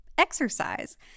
exercise